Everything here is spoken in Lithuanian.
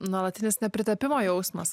nuolatinis nepritapimo jausmas